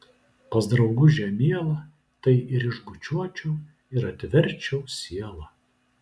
pas draugužę mielą tai ir išbučiuočiau ir atverčiau sielą